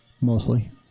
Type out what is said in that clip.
mostly